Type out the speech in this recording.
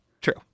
True